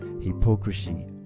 hypocrisy